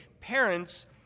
Parents